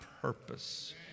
purpose